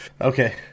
Okay